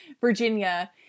Virginia